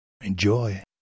Enjoy